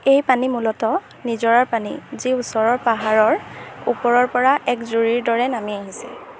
এই পানী মূলতঃ নিজৰাৰ পানী যি ওচৰৰ পাহাৰৰ ওপৰৰ পৰা এক জুৰিৰ দৰে নামি আহিছে